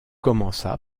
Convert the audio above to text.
commença